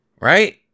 Right